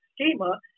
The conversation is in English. schema